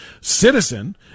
Citizen